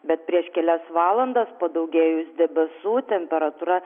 bet prieš kelias valandas padaugėjus debesų temperatūra